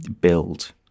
build